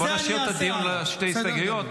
בואו נשאיר את הדיון על שתי ההסתייגויות.